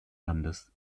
landes